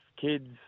kids